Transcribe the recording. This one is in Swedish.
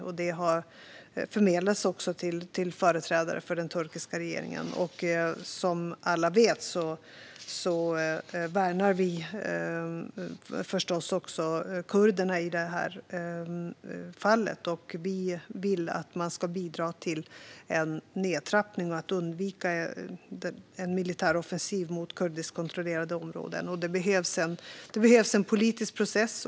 Det har också förmedlats till företrädare för den turkiska regeringen. Som alla vet värnar vi förstås också kurderna i det här fallet. Vi vill att man ska bidra till en nedtrappning och att man ska undvika en militär offensiv mot kurdiskkontrollerade områden. Det behövs en politisk process.